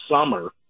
summer